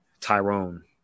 Tyrone